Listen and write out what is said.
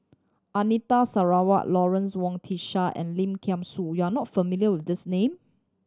Anita Sarawak Lawrence Wong Shyun Tsai and Lim Kay Siu you are not familiar with these name